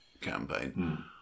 campaign